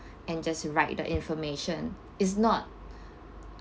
and just write the information it's not